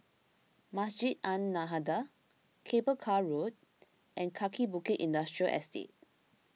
Masjid An Nahdhah Cable Car Road and Kaki Bukit Industrial Estate